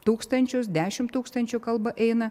tūkstančius dešimt tūkstančių kalba eina